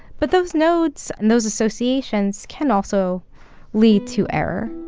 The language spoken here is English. but those nodes and those associations can also lead to error